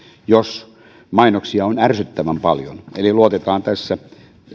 jos mainoksia on ärsyttävän paljon eli luotetaan tässä